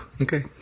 Okay